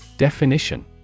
Definition